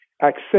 accept